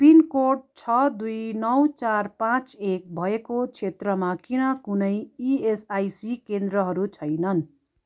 pin code छ दुई नौ चार पाँच एक भएको क्षेत्रमा किन कुनै इएसआइसी केन्द्रहरू छैनन्